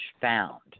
found